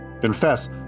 Confess